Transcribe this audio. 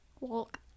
Walk